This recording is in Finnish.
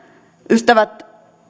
ystävät